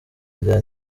rya